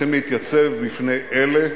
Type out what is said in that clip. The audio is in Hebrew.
צריכים להתייצב בפני אלה